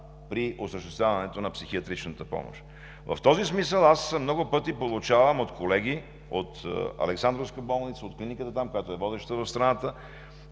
при осъществяването на психиатричната помощ. В този смисъл аз много пъти получавам от колеги от Александровска болница, от клиниката там, която е водеща в страната,